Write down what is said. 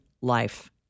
life